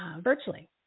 virtually